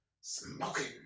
Smoking